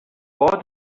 vor